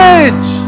age